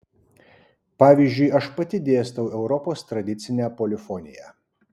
pavyzdžiui aš pati dėstau europos tradicinę polifoniją